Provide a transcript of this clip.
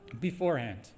beforehand